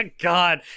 God